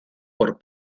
por